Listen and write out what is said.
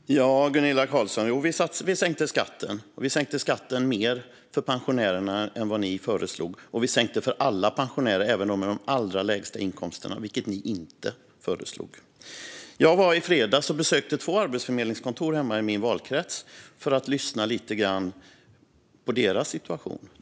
Fru talman! Ja, Gunilla Carlsson, vi sänkte skatten, och vi sänkte den mer för pensionärerna än vad ni föreslog. Vi sänkte den för alla pensionärer, även för dem med de allra lägsta inkomsterna, vilket ni inte föreslog. Jag var i fredags och besökte två arbetsförmedlingskontor hemma i min valkrets för att lyssna lite grann på deras situation.